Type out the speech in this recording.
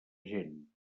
gent